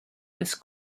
was